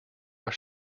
are